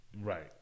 right